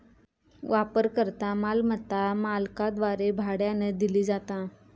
वापरकर्ता मालमत्ता मालकाद्वारे भाड्यानं दिली जाता